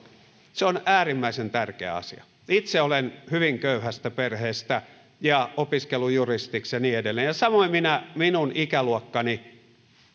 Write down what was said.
se on äärimmäisen tärkeä asia itse olen hyvin köyhästä perheestä ja opiskellut juristiksi ja niin edelleen ja kuten muutkin minun ikäluokastani